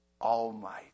Almighty